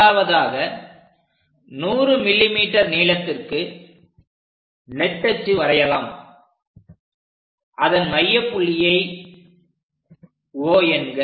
முதலாவதாக 100 mm நீளத்திற்கு நெட்டச்சு வரையலாம் அதன் மையப் புள்ளியை O என்க